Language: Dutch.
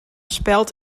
speld